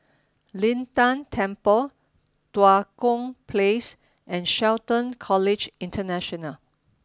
Lin Tan Temple Tua Kong Place and Shelton College International